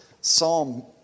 psalm